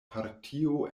partio